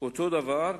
אותו הדבר,